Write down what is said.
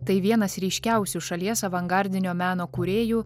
tai vienas ryškiausių šalies avangardinio meno kūrėjų